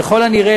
ככל הנראה,